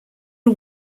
are